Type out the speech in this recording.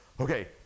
okay